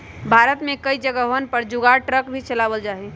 भारत में कई जगहवन पर जुगाड़ ट्रक भी चलावल जाहई